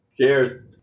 Cheers